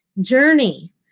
journey